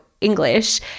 English